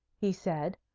he said,